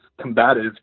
combative